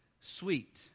sweet